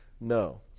No